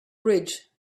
bridge